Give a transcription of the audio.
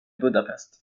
budapest